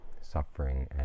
suffering